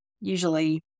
usually